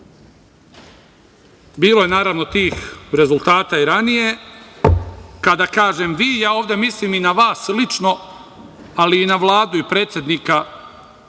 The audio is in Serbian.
Bilo je, naravno, tih rezultata i ranije. Kada kažem – vi, ja ovde mislim i na vas lično, ali i na Vladu i predsednika,